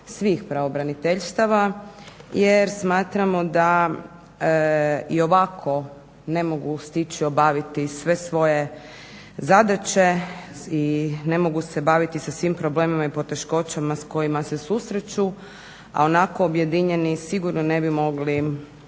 svih pravobraniteljstava jer smatramo da i ovako ne mogu stići obaviti sve svoje zadaće i ne mogu se baviti sa svim problemima i poteškoćama s kojima se susreću, a onako objedinjeni sigurno ne bi mogli